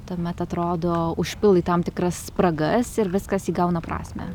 tuomet atrodo užpildai tam tikras spragas ir viskas įgauna prasmę